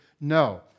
No